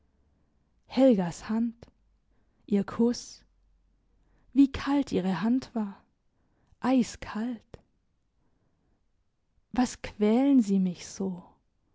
helgas hand ihr kuss wie kalt ihre hand war eiskalt was quälen sie mich so